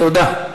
תודה.